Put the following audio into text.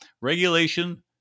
regulation